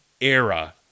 era